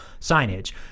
signage